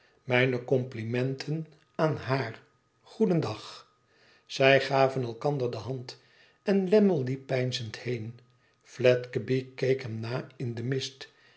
mijne complimenten aan haar goedendag zij gaven elkander de hand en lammie liep peinzend heen fiedgeby keek hem na in den mist